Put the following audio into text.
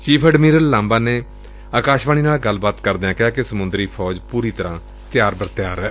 chief admiral Lamba ਨੇ ਏਸ ਮੌਕੇ ਅਕਾਸ਼ਵਾਣੀ ਨਾਲ ਗੱਲਬਾਤ ਕਰਦਿਆਂ ਕਿਹਾ ਕਿ ਸਮੰਦਰੀ ਫੌਜ ਪੁਰੀ ਤਰੁਾਂ ਤਿਆਰ ਬਰ ਤਿਆਰ ਏ